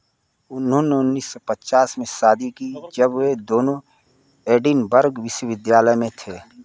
उन्होंने उन्नीस सौ पचास में शादी की जब वह दोनों एडिनबर्ग विश्वविद्यालय में थे